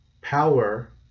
power